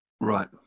Right